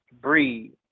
Breed